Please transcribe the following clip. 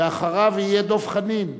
אחריו יהיה דב חנין,